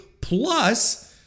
plus